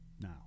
Now